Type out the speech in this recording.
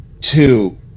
two